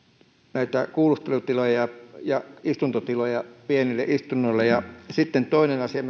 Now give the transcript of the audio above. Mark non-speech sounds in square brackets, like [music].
näitä kuulustelutiloja ja ja istuntotiloja pienille istunnoille sitten toinen asia [unintelligible]